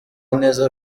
neza